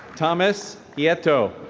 thomas yeah hieto.